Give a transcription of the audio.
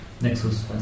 Nexus